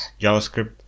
JavaScript